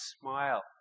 smile